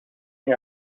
این